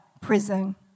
prison